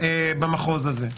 במחוז הזה.